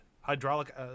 hydraulic